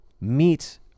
meet